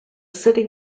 city